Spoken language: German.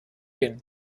hin